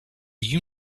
you